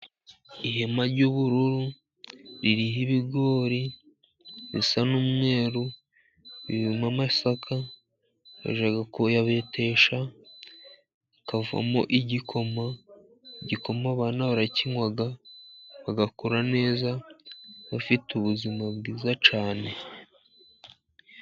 Ihema ry'ubururu ririho ibigori bisa n'umweru, birimo amasaka bajya kuyabetesha hakavamo igikoma, igikoma abana barakinywa bagakura neza bafite ubuzima bwiza cyane.